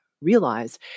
Realize